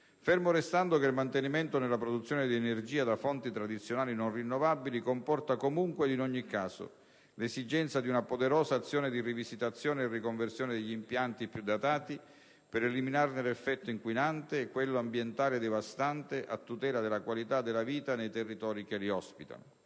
per cento. Il mantenimento della produzione di energia da fonti tradizionali non rinnovabili comporta comunque ed in ogni caso l'esigenza di una poderosa azione di rivisitazione e riconversione degli impianti più datati, per eliminarne l'effetto inquinante e quello ambientale devastante, a tutela della qualità della vita nei territori che li ospitano.